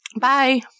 Bye